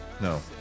no